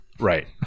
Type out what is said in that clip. right